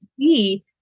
see